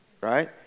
Right